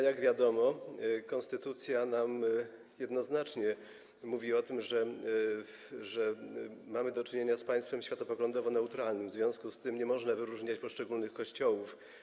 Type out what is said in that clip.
Jak wiadomo konstytucja jednoznacznie mówi o tym, że mamy do czynienia z państwem światopoglądowo neutralnym, w związku z tym nie można wyróżniać poszczególnych kościołów.